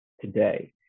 today